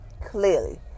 clearly